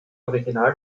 original